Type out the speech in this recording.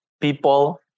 People